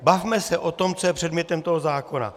Bavme se o tom, co je předmětem tohoto zákona.